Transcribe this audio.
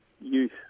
youth